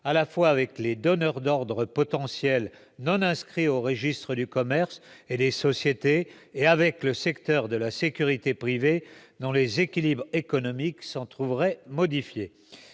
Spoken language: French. à la fois avec les donneurs d'ordre potentiels non inscrits au registre du commerce et des sociétés et avec le secteur de la sécurité privée, dont les équilibres économiques s'en trouveraient modifiés.